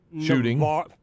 Shooting